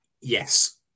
Yes